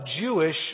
Jewish